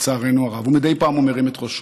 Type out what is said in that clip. לצערנו הרב, ומדי פעם הוא מרים את ראשו.